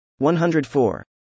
104